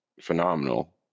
phenomenal